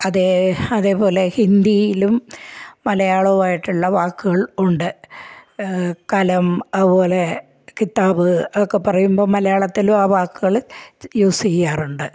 അതേ അതേ പോലെ ഹിന്ദിയിലും മലയാളവുമായിട്ടുള്ള വാക്കുകൾ ഉണ്ട് കലം അത് പോലെ കിതാബ് അതൊക്കെ പറയുമ്പോൾ മലയാളത്തിലും ആ വാക്കുകൾ യൂസ് ചെയ്യാറുണ്ട്